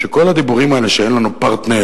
שכל הדיבורים האלה שאין לנו פרטנר,